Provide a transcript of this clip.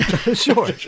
Sure